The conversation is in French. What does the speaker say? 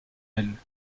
aile